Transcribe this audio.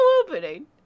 opening